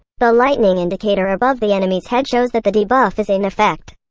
the lightning indicator above the enemy's head shows that the debuff is in effect.